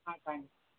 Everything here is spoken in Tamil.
ஆ தேங்க்ஸ்